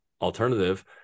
alternative